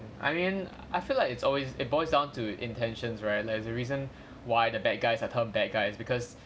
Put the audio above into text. I mean I feel like it's always it boils down to intentions right like as a reason why the bad guys are termed bad guys because